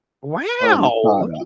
Wow